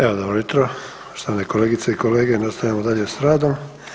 Evo dobro jutro, poštovane kolegice i kolege, nastavljamo dalje s radom.